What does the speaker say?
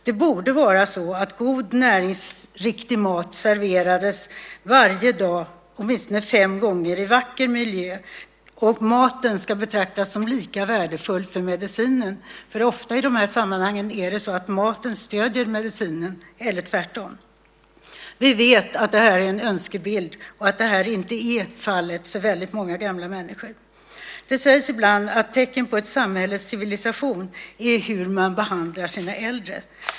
Det borde vara så att god, näringsriktig mat serverades varje dag, åtminstone fem gånger, i vacker miljö. Maten ska också betraktas som lika värdefull för medicinen, för i de här sammanhangen är det ofta så att maten stöder medicinen eller tvärtom. Vi vet att det här är en önskebild och att det här inte är fallet för väldigt många gamla människor. Det sägs ibland att ett tecken på ett samhälles civilisation är hur man behandlar sina äldre.